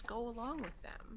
go along with them